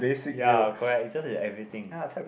ya correct is just everything